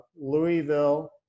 louisville